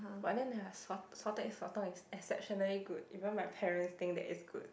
but then their salt salted egg sotong is exceptionally good even my parents think that is good